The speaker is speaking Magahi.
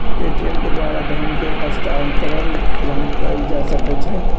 पे.टी.एम के द्वारा धन के हस्तांतरण तुरन्ते कएल जा सकैछइ